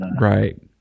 Right